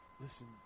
listen